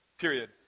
Period